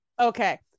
okay